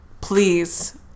please